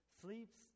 Sleeps